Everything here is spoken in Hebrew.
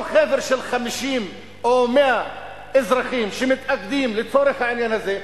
כל חבר'ה של 50 או 100 אנשים שמתאגדים לצורך העניין הזה,